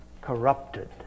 corrupted